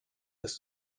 das